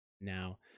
Now